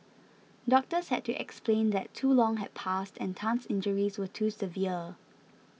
doctors had to explain that too long had passed and Tan's injuries were too severe